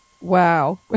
Wow